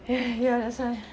eh ya that's why